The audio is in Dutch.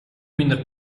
minder